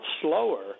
slower